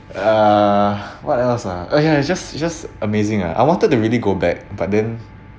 uh what else ah oh ya it's just it's just amazing ah I wanted to really go back but then